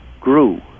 grew